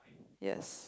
yes